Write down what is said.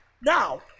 Now